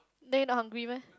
then you not hungry meh